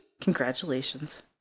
congratulations